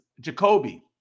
Jacoby